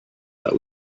that